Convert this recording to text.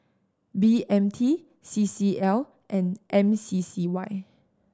B M T C C L and M C C Y